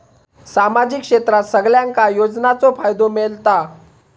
सामाजिक क्षेत्रात सगल्यांका योजनाचो फायदो मेलता?